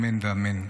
אמן ואמן.